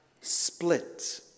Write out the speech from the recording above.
split